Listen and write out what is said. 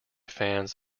fans